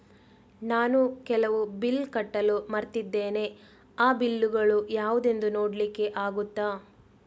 ನಾನು ಕೆಲವು ಬಿಲ್ ಕಟ್ಟಲು ಮರ್ತಿದ್ದೇನೆ, ಆ ಬಿಲ್ಲುಗಳು ಯಾವುದೆಂದು ನೋಡ್ಲಿಕ್ಕೆ ಆಗುತ್ತಾ?